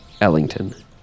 Ellington